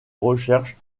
recherche